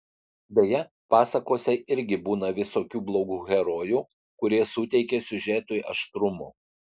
beje pasakose irgi būna visokių blogų herojų kurie suteikia siužetui aštrumo